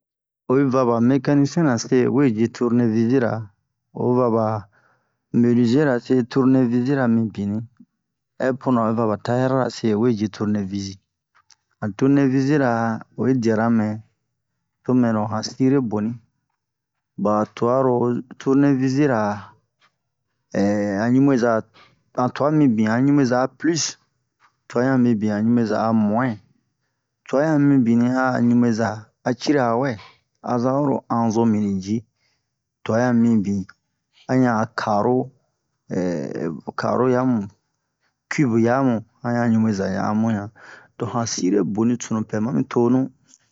Oyi va ba mécanicien na se o we ji turnevisira o va ba menuzera se turnevisira mibini hɛ puna oyi va ba tayɛrira se o we ji turnevisi han turnevisira oyi diara mɛ to mɛro han sire boni ba twa ro turnevisira a ɲubeza han twa mibin a ɲubeza a plus twa yan mibin a ɲubeza a mu'in twa yan mibini a'a ɲubeza a cirawɛ a zan oro anzo mini ji twa yan mibin a ɲan a karo karo yamu kube yamu han yan ɲubeza ɲan a mu'in yan don han sire boni sunu pɛ mami tonu